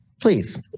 Please